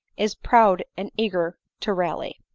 is proud and eager to rally.